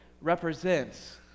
represents